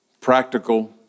Practical